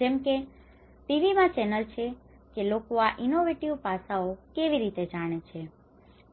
જેમકે ટીવી માં ચેનલ છે કે લોકો આ ઇનોવેટિવ પાસાઓ કેવીરીતે જાણે છે